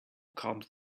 comes